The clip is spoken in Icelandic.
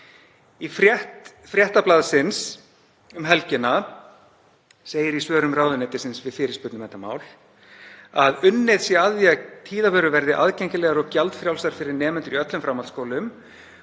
Fréttablaðsins um helgina segir í svörum ráðuneytisins við fyrirspurn um þetta mál að unnið sé að því að tíðavörur verði aðgengilegar og gjaldfrjálsar fyrir nemendur í öllum framhaldsskólum